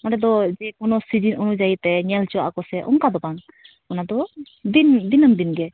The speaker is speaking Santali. ᱚᱸᱰᱮ ᱫᱚ ᱡᱮᱠᱳᱱᱳ ᱥᱤᱡᱤᱱ ᱚᱱᱩᱡᱟᱭᱤ ᱛᱮ ᱧᱮᱞ ᱦᱚᱪᱚᱣᱟᱜᱼᱟ ᱠᱚ ᱥᱮ ᱚᱱᱠᱟ ᱫᱚ ᱵᱟᱝ ᱚᱱᱟ ᱫᱚ ᱫᱤᱱ ᱫᱤᱱᱟᱹᱢ ᱫᱤᱱ ᱜᱮ